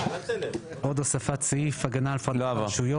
עוד הוספת סעיף להצעת החוק.